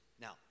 Now